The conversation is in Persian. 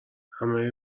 همه